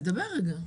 אז דבר רגע.